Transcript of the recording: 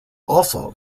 also